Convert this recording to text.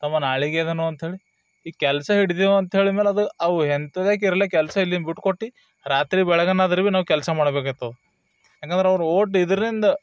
ತಮ್ಮ ನಾಳಿಗೆ ಅದನೋ ಅಂತ ಹೇಳಿ ಈಗ ಕೆಲಸ ಹಿಡ್ದೇವೆ ಅಂತ ಹೇಳಿದ ಮೇಲೆ ಅದು ಅವು ಎಂತದಕ್ಕಿರ್ಲಿ ಕೆಲಸ ಇಲ್ಲಿಂದ ಬಿಟ್ಕೊಟ್ಟು ರಾತ್ರಿ ಬೆಳಗನಾದರು ಭಿ ನಾವು ಕೆಲಸ ಮಾಡ್ಬೇಕಾಯ್ತದೆ ಏಕಂದ್ರೆ ಅವರು ಓಡ್ ಇದರಿಂದ